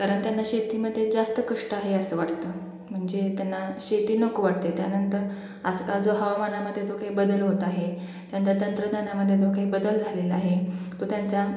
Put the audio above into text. कारण त्यांना शेतीमध्ये जास्त कष्ट आहे असं वाटतं म्हणजे त्यांना शेती नको वाटते त्यानंतर आजकाल जो हवामानामध्ये जो काही बदल होत आहे त्यानं तंत्रज्ञानामध्ये जो काही बदल झालेला आहे तो त्यांचा